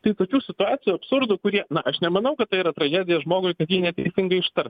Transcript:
tai tokių situacijų absurdų kurie na aš nemanau kad tai yra tragedija žmogui kad jį neteisingai ištars